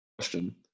question